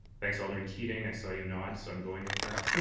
thanks, alderman keating. i saw you nod so i'm going with that.